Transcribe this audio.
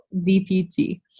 DPT